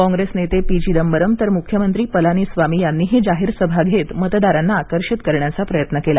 काँग्रेस नेते पी चिदंबरम तर मुख्यमंत्री पलानिस्वामी यांनीही जाहीर सभा घेत मतदारांना आकर्षित करण्याचा प्रयत्न केला